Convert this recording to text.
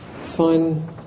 fine